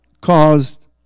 caused